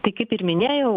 tai kaip ir minėjau